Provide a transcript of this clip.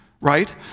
right